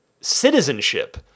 citizenship